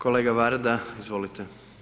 Kolega Varda, izvolite.